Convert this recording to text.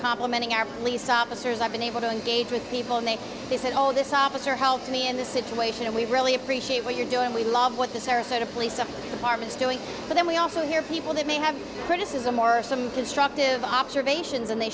complimenting our police officers i've been able to engage with people and they said oh this officer helped me in the situation and we really appreciate what you're doing we love what the sarasota police department's doing but then we also hear people that may have criticism or some constructive observations and they